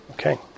Okay